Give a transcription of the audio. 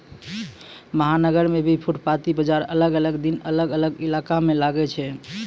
महानगर मॅ भी फुटपाती बाजार अलग अलग दिन अलग अलग इलाका मॅ लागै छै